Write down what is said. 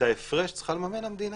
את ההפרש צריכה לממן המדינה.